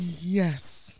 yes